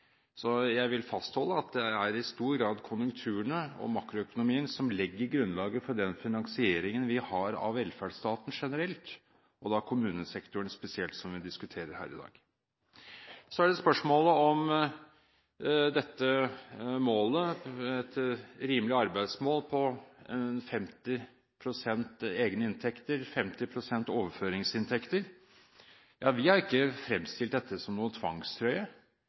Jeg vil fastholde at det i stor grad er konjunkturene og makroøkonomien som legger grunnlaget for finansieringen av velferdsstaten generelt – og av kommunesektoren spesielt, som vi diskuterer her i dag. Til spørsmålet om målet – et rimelig arbeidsmål – 50 pst. egne inntekter og 50 pst. overføringsinntekter. Vi har ikke fremstilt dette som noen tvangstrøye,